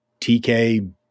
TK